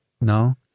no